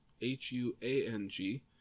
H-U-A-N-G